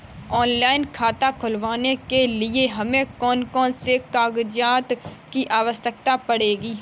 Online खाता खोलने के लिए हमें कौन कौन से कागजात की आवश्यकता पड़ेगी?